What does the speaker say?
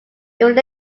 even